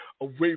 away